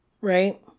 right